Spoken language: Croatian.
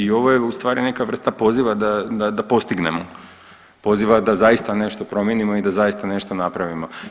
I ovo je u stvari neka vrsta poziva da postignemo, poziva da zaista nešto promijenimo i da zaista nešto napravimo.